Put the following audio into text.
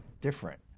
different